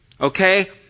Okay